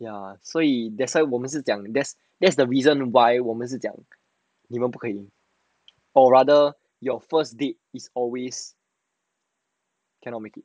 ya 所以 that's why 我们是讲 that's that's the reason why 我们是讲你们不可以 or rather your first date is always cannot make it one